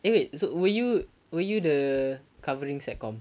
eh wait so were you were you the covering sec com